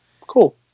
Cool